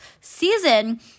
season